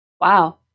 Wow